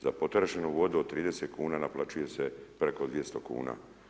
Za potrošenu vodu od 30 kuna naplaćuje se preko 200 kuna.